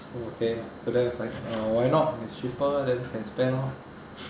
so okay to them it's like uh why not if it's cheaper then can spend lor